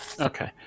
Okay